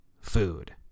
food